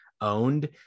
owned